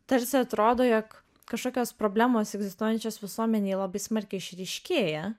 tarsi atrodo jog kažkokios problemos egzistuojančios visuomenėj labai smarkiai išryškėja